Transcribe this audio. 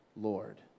Lord